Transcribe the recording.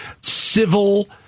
civil